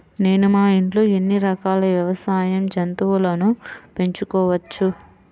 నేను మా ఇంట్లో ఎన్ని రకాల వ్యవసాయ జంతువులను పెంచుకోవచ్చు?